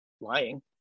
lying